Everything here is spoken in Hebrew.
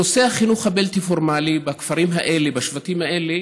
החינוך הבלתי-פורמלי בכפרים האלה, בשבטים האלה,